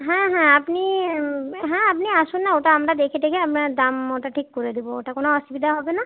হ্যাঁ হ্যাঁ আপনি হ্যাঁ আপনি আসুন না ওটা আমরা দেখে টেখে আমরা দাম ওটা ঠিক করে দেবো ওটা কোনো অসুবিধা হবে না